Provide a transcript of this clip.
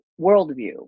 worldview